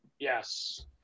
yes